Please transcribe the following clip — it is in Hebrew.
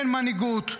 אין מנהיגות.